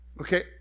Okay